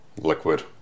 liquid